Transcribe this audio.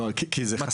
לא, כי זה חסם.